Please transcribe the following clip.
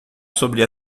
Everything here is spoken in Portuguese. sobre